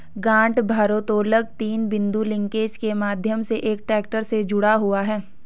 गांठ भारोत्तोलक तीन बिंदु लिंकेज के माध्यम से एक ट्रैक्टर से जुड़ा हुआ है